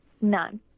None